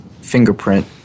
fingerprint